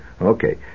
Okay